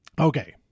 Okay